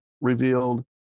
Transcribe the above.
revealed